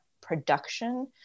production